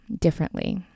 differently